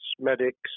medics